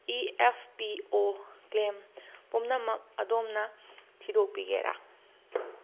E F P O claim ꯄꯨꯝꯅꯃꯛ ꯑꯗꯣꯝꯅ ꯊꯤꯗꯣꯛꯄꯤꯒꯦꯔꯥ